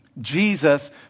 Jesus